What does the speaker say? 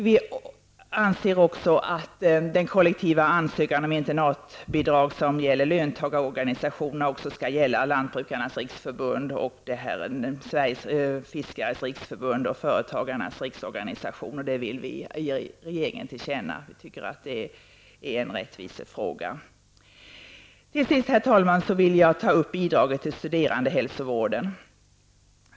Vi anser att den kollektiva ansökan om internatbidrag som gäller löntagarorganisationerna skall utsträckas att gälla Lantbrukarnas riksförbund, Sveriges Fiskares riksförbund och Företagarnas riksorganisation. Detta vill vi ge regeringen till känna. Vi tycker det är en rättvisefråga. Till sist, herr talman, vill jag ta upp bidraget till studerandehälsovården.